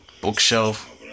bookshelf